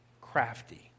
Crafty